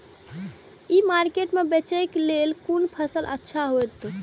ई market में बेचेक लेल कोन फसल अच्छा होयत?